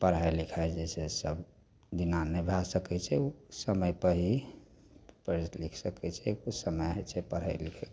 पढ़ाइ लिखाइ जे छै से सब बिना नहि भए सकै छै समयपर ही पढ़ि लिखि सकै छै किछु समय होइ छै पढ़ै लिखैके